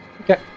Okay